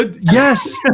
yes